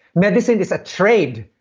medicine is a trade.